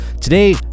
today